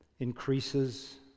Increases